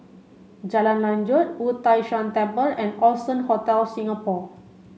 Jalan Lanjut Wu Tai Shan Temple and Allson Hotel Singapore